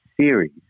Series